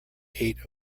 eight